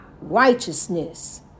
righteousness